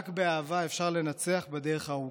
רק באהבה אפשר לנצח בדרך הארוכה.